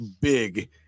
big